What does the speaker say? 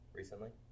recently